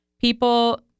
People